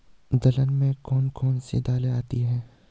दलहन में कौन कौन सी दालें आती हैं?